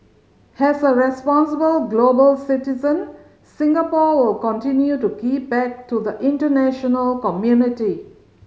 as a responsible global citizen Singapore will continue to give back to the international community